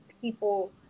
people